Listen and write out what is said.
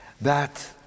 That